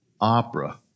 opera